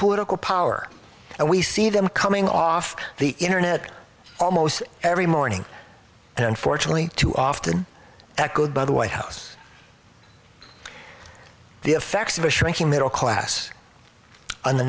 political power and we see them coming off the internet almost every morning unfortunately too often echoed by the white house the effects of a shrinking middle class on the